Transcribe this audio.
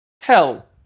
Hell